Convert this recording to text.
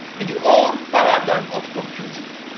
in the old paradigm of computing,